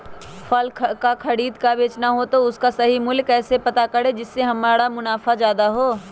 फल का खरीद का बेचना हो तो उसका सही मूल्य कैसे पता करें जिससे हमारा ज्याद मुनाफा हो?